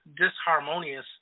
disharmonious